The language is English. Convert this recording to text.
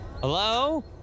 Hello